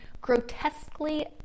grotesquely